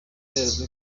rwego